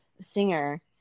singer